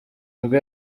nibwo